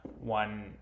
one